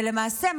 ולמעשה,